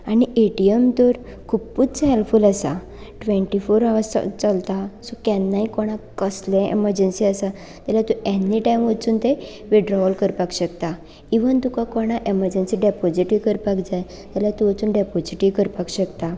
आनी A T M तर खूबच हेल्पफूल आसा ट्वेंटी फोर अवर्स चलता केन्नाय कोणाक कसली एमरजंसी आसा जाल्यार त्यो एनीटायम वचून तें वितड्रॉवल करपाक शकतात इवन तुका कोणाक एमरजंसी डेपोजीटय करपाक जाय जाल्यार तूं वचून डेपोजीटय करपाक शकता